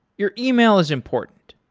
your email is important,